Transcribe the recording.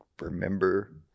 remember